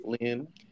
Lynn